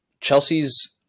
Chelsea's